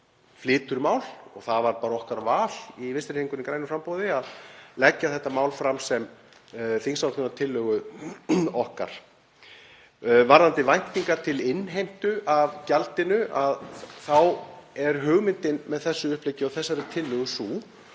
flytur mál. Það var bara okkar val í Vinstrihreyfingunni – grænu framboði að leggja þetta mál fram sem þingsályktunartillögu okkar. Varðandi væntingar til innheimtu af gjaldinu þá er hugmyndin með þessu uppleggi og þessari tillögu sú